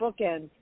bookends